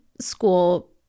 school